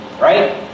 right